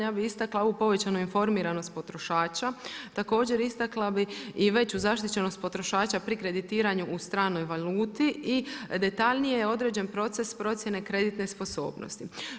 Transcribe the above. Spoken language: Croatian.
Ja bi istakla ovu povećanu informiranost potrošača. također istakla bih i veću zaštićenost potrošača pri kreditiranju u stranoj valuti i detaljnije je određen proces procjene kreditne sposobnosti.